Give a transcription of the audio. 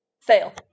Fail